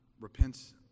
repents